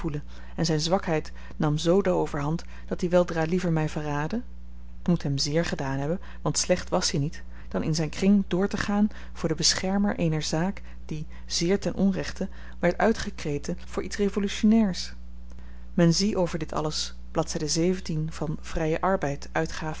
en z'n zwakheid nam z de overhand dat-i weldra liever my verraadde t moet hem zéér gedaan hebben want slecht was-i niet dan in zyn kring doortegaan voor den beschermer eener zaak die zeer ten onrechte werd uitgekreten voor iets revolutionnairs men zie over dit alles blad van vrye arbeid uitgaaf